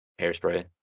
Hairspray